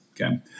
Okay